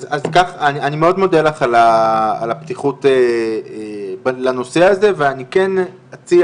אני מאוד מודה לך על הפתיחות לנושא הזה ואני כן אציע